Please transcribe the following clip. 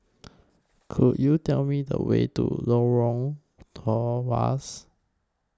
Could YOU Tell Me The Way to Lorong Tawas